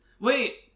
Wait